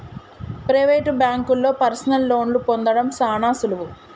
private బాంకుల్లో personal లోన్లు పొందడం సాన సులువు